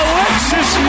Alexis